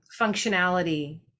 functionality